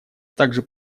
также